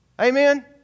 Amen